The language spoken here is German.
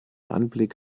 anblick